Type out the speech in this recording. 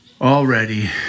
already